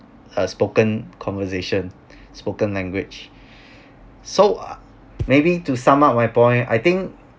a spoken conversation spoken language so uh maybe to sum up my point I think